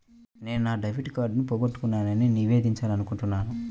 నేను నా డెబిట్ కార్డ్ని పోగొట్టుకున్నాని నివేదించాలనుకుంటున్నాను